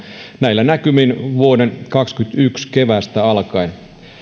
näillä näkymin vuoden kaksituhattakaksikymmentäyksi keväästä alkaen